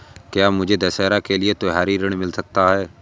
क्या मुझे दशहरा के लिए त्योहारी ऋण मिल सकता है?